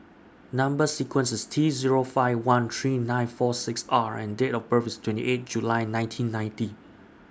Number sequence IS T Zero five one three nine four six R and Date of birth IS twenty eight July nineteen ninety